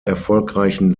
erfolgreichen